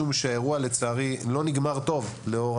משום שלצערי האירוע לא נגמר טוב לאור